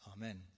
Amen